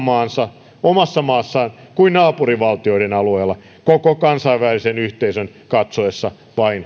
omassa massaan kuin naapurivaltioiden alueella koko kansainvälisen yhteisön vain katsoessa